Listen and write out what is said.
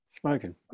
Smoking